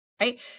right